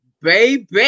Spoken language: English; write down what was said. baby